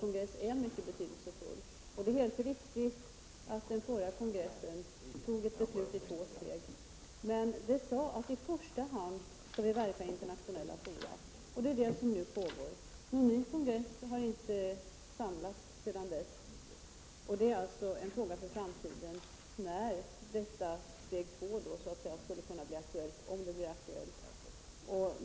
Vår kongress är mycket betydelsefull. Det är helt riktigt att den förra kongressen tog ett beslut i två steg. Det sades att i första hand skall vi verka i internationella fora. Det är det som nu pågår. Någon ny kongress har inte samlats sedan dess. Det är alltså en fråga för framtiden när ”steg2” skulle kunna bli aktuell, om det blir aktuellt.